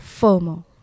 FOMO